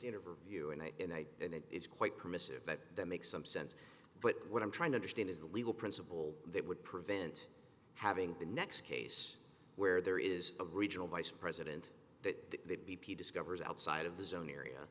interview and i and i and it is quite permissive that that makes some sense but what i'm trying to understand is the legal principle that would prevent having the next case where there is a regional vice president that b p discovers outside of the zone area